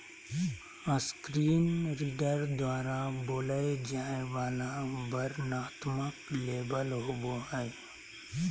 screen reader द्वारा बोलय जाय वला वर्णनात्मक लेबल होबो हइ